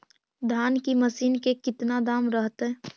धान की मशीन के कितना दाम रहतय?